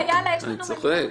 אני צוחק.